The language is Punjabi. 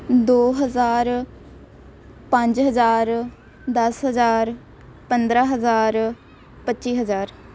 ਦੋ ਹਜ਼ਾਰ ਪੰਜ ਹਜ਼ਾਰ ਦਸ ਹਜ਼ਾਰ ਪੰਦਰ੍ਹਾਂ ਹਜ਼ਾਰ ਪੱਚੀ ਹਜ਼ਾਰ